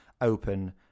open